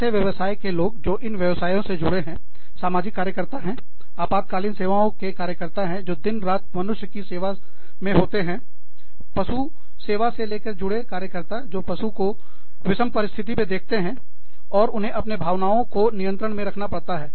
ऐसे व्यवसाय के लोग जो इन व्यवसायों से जुड़े हैं सामाजिक कार्यकर्ता है आपातकालीन सेवाओं के कार्यकर्ता जो दिन रात मनुष्य की से सेवा में होते हैं पशु सेवा से लेकर जुड़े कार्यकर्ता जो पशुओं को विषम परिस्थिति में देखते हैं और उन्हें अपने भावनाओं को नियंत्रण में रखना पड़ता है